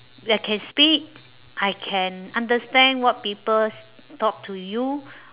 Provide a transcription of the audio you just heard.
that can speak I can understand what people talk to you